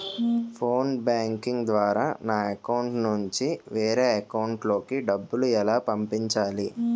Phone banking ద్వారా నా account నుంచి వేరే అకౌంట్ లోకి డబ్బులు ఎలా పంపించాలి?